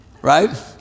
Right